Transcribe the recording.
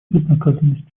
безнаказанностью